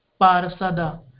Parasada